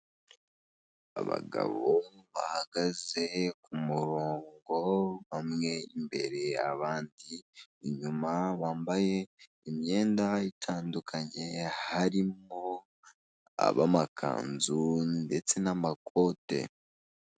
Abagabo bahagaze ku murongo bamwe imbere abandi inyuma bambaye imyenda itandukanye harimo ab'amakanzu ndetse n'amakote.